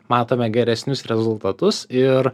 matome geresnius rezultatus ir